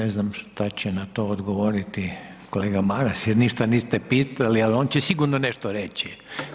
Ne znam šta će na to odgovoriti kolega Maras jer ništa niste pitali, al on će sigurno nešto reći.